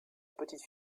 petite